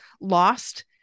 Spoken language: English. lost